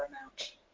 amount